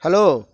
hello